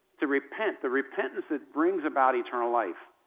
to repent, the repentance that brings about eternal life,